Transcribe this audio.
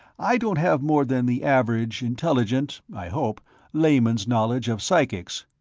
i don't have more than the average intelligent i hope layman's knowledge of psychics,